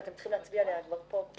צריך להצביע עליה כבר פה?